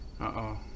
Uh-oh